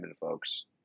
folks